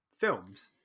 films